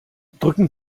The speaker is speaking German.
drücken